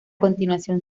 continuación